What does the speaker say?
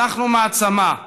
אנחנו מעצמה,